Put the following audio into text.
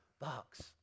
Box